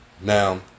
Now